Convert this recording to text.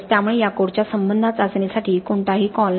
त्यामुळे या कोडच्या संबंधात चाचणीसाठी कोणताही कॉल नाही